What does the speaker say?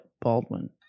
Baldwin